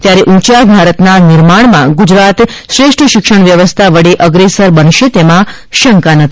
ત્યારે ઉંચા ભારતના નિર્માણમાં ગુજરાત શ્રેષ્ઠ શિક્ષણ વ્યવસ્થા વડે અગ્રેસર બનશે તેમાં શંકા નથી